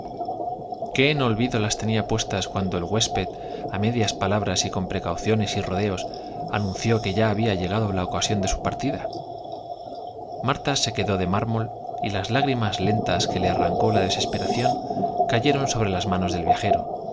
qué en olvido las tenía puestas cuando el huésped á medias palabras y con precauciones y rodeos anun ció que ya había llegado la ocasión de su partida marta se quedó de mármol y las lágrimas lentas que le arrancó la desesperación cayeron sobre las manos del viajero